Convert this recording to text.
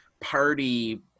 party